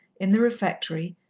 in the refectory,